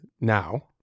now